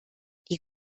die